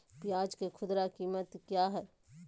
प्याज के खुदरा कीमत क्या है?